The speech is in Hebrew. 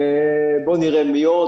ובוא נראה מי עוד,